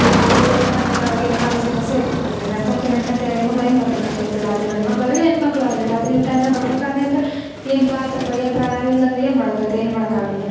ಈ ಕಾಲೇಜಿಗೆ ಹೋಗ್ಬೇಕನ್ಯಂದ್ರ ಆವಾಗೆಲ್ಲ ಕಾಲೇಜಿಗೆ ಬಸ್ಸೆ ಇರ್ತಿದ್ದಿಲ್ಲ ನಡ್ಕ್ಯಂತ ನಡ್ಕ್ಯಂತ ಹೆಣ್ ಮಕ್ಳು ಹೆಂಗ್ ಬರ್ಬೇಕು ಆಕೈತೆ ರಾತ್ರಿ ಗಂಡು ಮಕ್ಳು ಆಗಲಿ ಹೆಣ್ ಮಕ್ಳು ಆಗಲಿ ರಾತ್ರಿ ಟೈಮ್ನ್ಯಾಗೆ ಬರ್ಬೇಕನ್ಯಂದ್ರೆ ಏನರ ಆತಪ್ಪ ಏನರ ಯಾರಿಲ್ಲ ಅಂದರೆ ಏನು ಮಾಡಕೆ ಆಗುತ್ತೆ ಏನು ಮಾಡೋಕಾಗಲ್ಲ